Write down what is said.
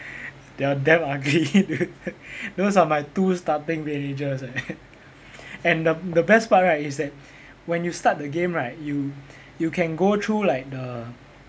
they are damn ugly those are my two starting villagers eh and the the best part right is that when you start the game right you you can go through like the